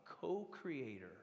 co-creator